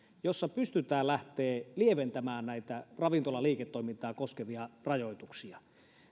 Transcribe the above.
jossa pystytään lähtemään lieventämään näitä ravintolaliiketoimintaa koskevia rajoituksia